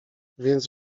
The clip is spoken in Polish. więc